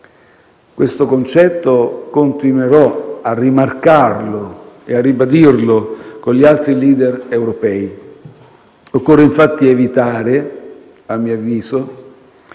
Questo concetto continuerò a rimarcarlo e a ribadirlo con gli altri *leader* europei. Occorre, infatti, evitare - a mio avviso